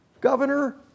governor